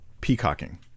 peacocking